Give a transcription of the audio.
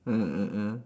ah ah ah